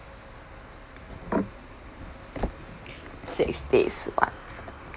six days [one]